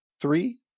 three